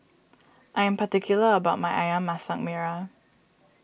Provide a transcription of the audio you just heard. I'm particular about my Ayam Masak Merah